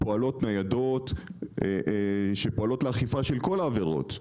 פועלות ניידות שפועלות לאכיפה של כל העבירות.